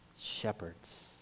Shepherds